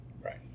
Right